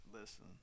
Listen